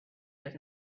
does